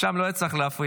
שם לא היה צריך להפריד,